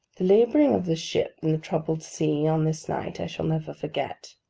the labouring of the ship in the troubled sea on this night i shall never forget.